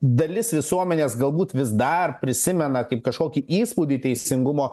dalis visuomenės galbūt vis dar prisimena kaip kažkokį įspūdį teisingumo